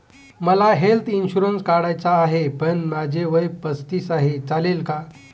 मला health insurance काढायचा आहे पण माझे वय पस्तीस आहे, चालेल का?